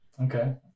Okay